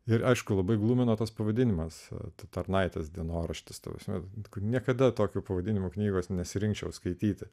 ir aišku labai glumina tas pavadinimas tarnaitės dienoraštis ta prasme kad niekada tokio pavadinimo knygos nesirinkčiau skaityti